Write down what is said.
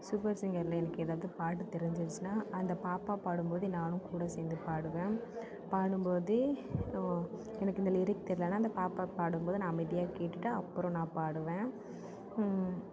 super சிங்கரில் எனக்கு எதாவது பாட்டு தெரிஞ்சிச்சுனா அந்த பாப்பா பாடும்போது நானும் கூட சேர்ந்து பாடுவேன் பாடும்போதே எனக்கு இந்த லிரிக் தெரியலனா அந்த பாப்பா பாடும்போது நான் அமைதியாக கேட்டுகிட்டு அப்பறம் நான் பாடுவேன்